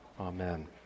Amen